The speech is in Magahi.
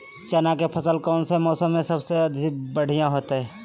चना के फसल कौन मौसम में सबसे बढ़िया होतय?